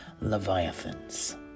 leviathans